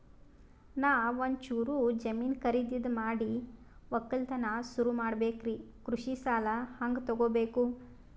ನಾ ಒಂಚೂರು ಜಮೀನ ಖರೀದಿದ ಮಾಡಿ ಒಕ್ಕಲತನ ಸುರು ಮಾಡ ಬೇಕ್ರಿ, ಕೃಷಿ ಸಾಲ ಹಂಗ ತೊಗೊಬೇಕು?